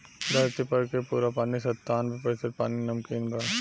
धरती पर के पूरा पानी के सत्तानबे प्रतिशत पानी नमकीन बा